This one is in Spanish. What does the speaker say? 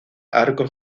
arcos